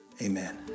Amen